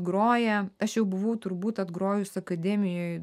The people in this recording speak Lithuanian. groję aš jau buvau turbūt atgrojus akademijoj